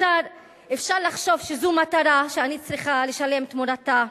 אפשר לחשוב שזו מתנה שאני צריכה לשלם תמורתה.